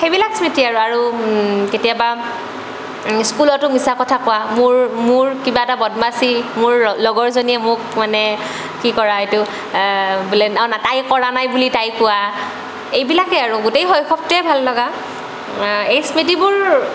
সেইবিলাক স্মৃতি আৰু কেতিয়াবা স্কুলতো মিছা কথা কোৱা মোৰ মোৰ কিবা এটা বদমাচি মোৰ লগৰজনীয়ে মোক মানে কি কৰা এইটো বোলে না তাই কৰা নাই বুলি তাই কোৱা এইবিলাকেই আৰু গোটেই শৈশৱটোৱেই ভাল লগা এই স্মৃতিবোৰ